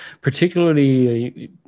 particularly